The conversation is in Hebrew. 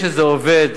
יש איזה עובד,